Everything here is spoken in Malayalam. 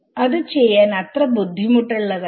അത് ചെയ്യാൻ അത്ര ബുദ്ധിമുട്ടുള്ളതല്ല